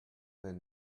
vingt